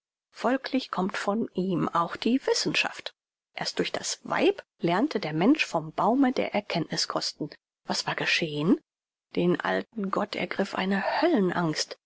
folglich kommt von ihm auch die wissenschaft erst durch das weib lernte der mensch vom baume der erkenntniß kosten was war geschehn den alten gott ergriff eine